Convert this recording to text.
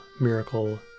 Miracle